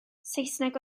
saesneg